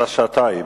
אתה שעתיים.